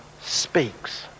speaks